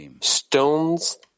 stones